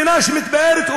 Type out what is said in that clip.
מדינה שמתפארת,